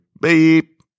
Beep